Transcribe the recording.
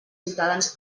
ciutadans